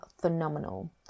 phenomenal